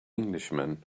englishman